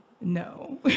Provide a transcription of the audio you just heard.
No